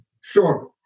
Sure